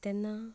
तेन्ना